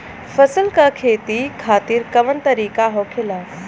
फसल का खेती खातिर कवन तरीका होखेला?